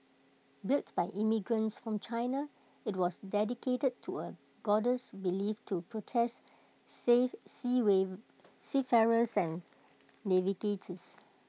built by immigrants from China IT was dedicated to A goddess believed to protest seafarers and navigators